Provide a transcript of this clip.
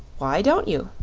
why don't you?